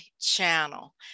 channel